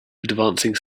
advancing